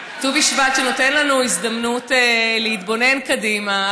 ט"ו בשבט נותן לנו הזדמנות להתבונן קדימה,